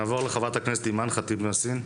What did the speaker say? נעבור לחברת הכנסת אימאן ח'טיב יאסין.